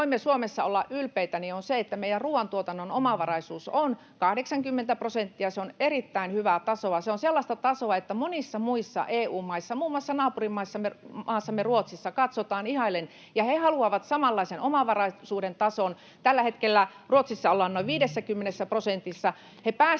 voimme Suomessa olla ylpeitä, on se, että meidän ruuantuotannon omavaraisuus on 80 prosenttia. Se on erittäin hyvää tasoa. Se on sellaista tasoa, että monissa muissa EU-maissa, muun muassa naapurimaassamme Ruotsissa, sitä katsotaan ihaillen, ja he haluavat samanlaisen omavaraisuuden tason. Tällä hetkellä Ruotsissa ollaan noin 50 prosentissa.